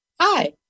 Hi